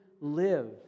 live